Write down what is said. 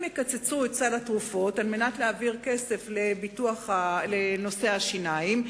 אם יקצצו את סל התרופות כדי להעביר כסף לנושא השיניים,